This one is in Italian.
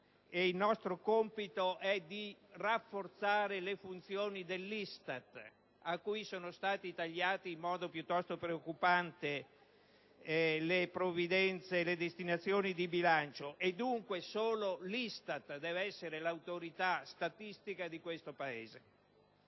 il nostro compito sia quello di rafforzare le funzioni dell'ISTAT, a cui sono stati tagliate in modo piuttosto preoccupante le provvidenze e le destinazioni di bilancio. Dunque, solo l'ISTAT deve essere l'autorità statistica di questo Paese.